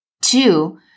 Two